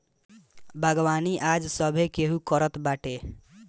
बागवानी आज सभे केहू करत बाटे